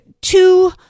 two